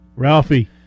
Ralphie